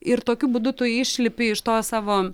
ir tokiu būdu tu išlipi iš to savo